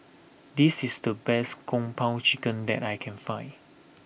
this is the best Kung Po Chicken that I can find